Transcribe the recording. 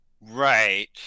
Right